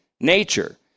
Nature